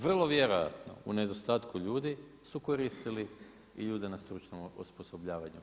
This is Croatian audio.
Vrlo vjerojatno u nedostatku ljudi su koristili i ljude na stručnom osposobljavanju.